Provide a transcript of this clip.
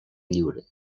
lliure